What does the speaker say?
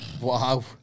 Wow